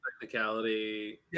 Technicality